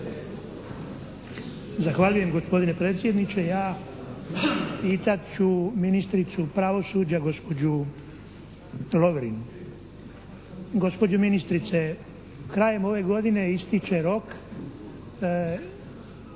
Zahvaljujem gospodine predsjedniče. Ja pitat ću ministricu pravosuđa, gospođu Lovrin. Gospođo ministrice, krajem ove godine ističe rok